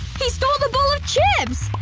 he stole the bowl of chips!